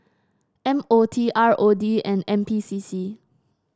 M O T R O D and N P C C